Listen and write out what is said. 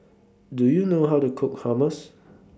Do YOU know How to Cook Hummus